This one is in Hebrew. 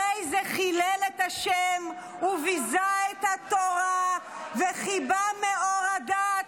הרי זה חילל את השם וביזה את התורה וכיבה מאור הדת,